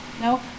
No